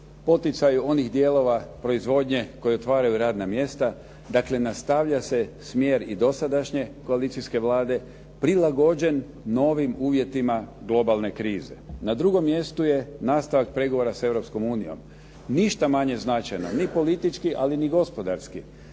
poticaju onih dijelova proizvodnje koji otvaraju radna mjesta, dakle nastavlja se smjer i dosadašnje koalicijske Vlade prilagođen novim uvjetima globalne krize. Na drugom mjestu je nastavak pregovora s Europskom unijom, ništa manje značajno ni politički, ali ni gospodarski.